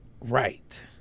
right